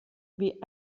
wie